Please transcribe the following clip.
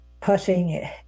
putting